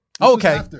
Okay